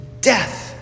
death